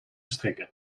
strikken